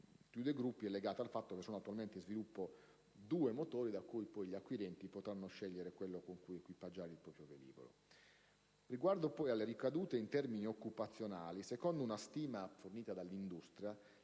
i due gruppi è legata al fatto che sono attualmente in sviluppo due motori, tra i quali poi gli acquirenti potranno scegliere quello con cui equipaggiare il proprio velivolo. Riguardo alle ricadute in termini occupazionali, secondo una stima fornita dall'industria,